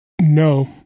No